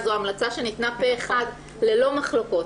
זו המלצה שניתנה פה אחד ללא מחלוקות.